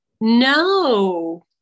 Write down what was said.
No